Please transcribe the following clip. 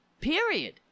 period